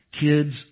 Kids